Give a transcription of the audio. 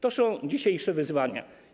To są dzisiejsze wyzwania.